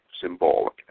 Symbolic